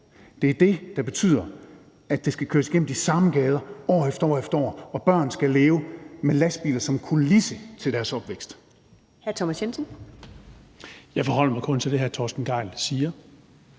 det, der betyder, at den skal køres igennem de samme gader år efter år efter år, og at børn skal leve med lastbiler som kulisse til deres opvækst.